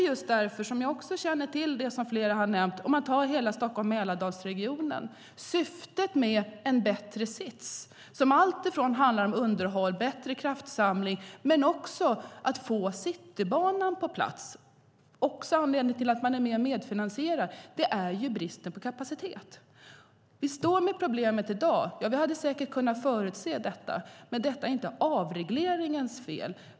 Jag känner till det som de flesta har nämnt om hela Stockholm-Mälardalsregionen. Syftet är att få en bättre sits, som handlar om alltifrån underhåll och bättre kraftsamling till att få Citybanan på plats. Anledningen till att man är med och finansierar är bristen på kapacitet. Vi står med problemet i dag, och vi hade säkert kunnat förutse detta. Men det här är inte avregleringens fel.